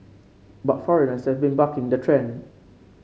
but foreigners have been bucking the trend